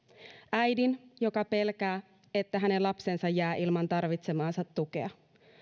äidin joka pelkää että hänen lapsensa jää ilman tarvitsemaansa tukea